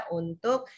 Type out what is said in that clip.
untuk